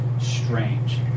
strange